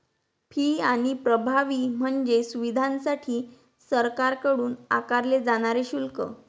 fee आणि प्रभावी म्हणजे सुविधांसाठी सरकारकडून आकारले जाणारे शुल्क